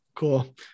Cool